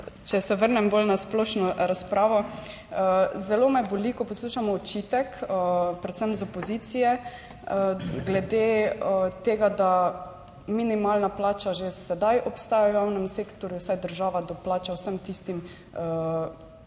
Če se vrnem bolj na splošno razpravo. Zelo me boli, ko poslušam očitek predvsem iz opozicije glede tega, da minimalna plača že sedaj obstaja v javnem sektorju, saj država doplača vsem tistim